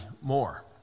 more